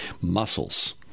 muscles